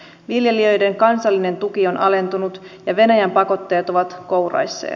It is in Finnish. viljelijöiden kansallinen tuki on alentunut ja venäjän pakotteet ovat kouraisseet